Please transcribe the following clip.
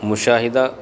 مشاہدہ